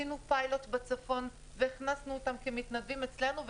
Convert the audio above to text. עשינו פיילוט בצפון והכנסנו אותם כמתנדבים אצלנו.